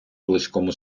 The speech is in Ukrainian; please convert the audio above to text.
близькому